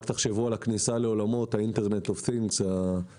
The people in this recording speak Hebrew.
רק תחשבו על הכניסה לעולמות האינטרנט ה-IOT,